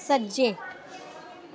सज्जे